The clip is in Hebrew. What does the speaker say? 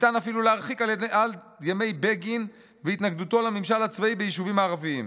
ניתן אפילו להרחיק עד ימי בגין והתנגדותו לממשל הצבאי בישובים הערביים.